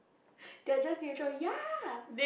they are just neutral ya